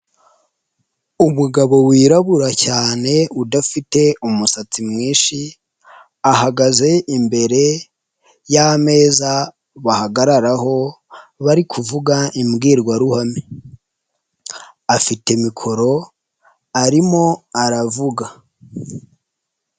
Umugabo wirabura cyane udafite umusatsi mwinshi, ahagaze imbere y'ameza bahagararaho bari kuvuga imbwirwaruhame, afite mikoro arimo aravuga.